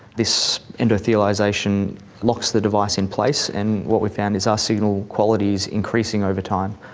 this endothelialisation locks the device in place, and what we found is our signal quality is increasing over time,